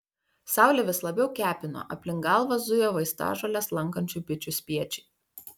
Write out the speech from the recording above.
saulė vis labiau kepino aplink galvą zujo vaistažoles lankančių bičių spiečiai